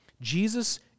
Jesus